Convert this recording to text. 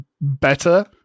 better